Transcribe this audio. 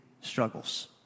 struggles